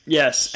yes